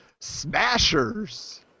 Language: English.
Smashers